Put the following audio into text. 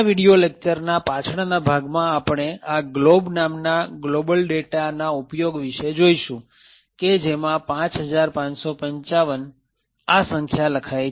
આ વીડિઓ લેક્ચરના પાછળના ભાગમાં આપણે આ glob નામના ગ્લોબલ ડેટા ના ઉપયોગ વિષે જોઈશું કે જેમાં ૫૫૫૫ આ સંખ્યા લખાઈ છે